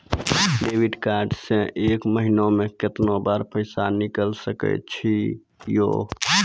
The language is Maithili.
डेबिट कार्ड से एक महीना मा केतना बार पैसा निकल सकै छि हो?